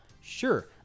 sure